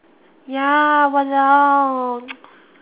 ya !walao!